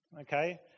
Okay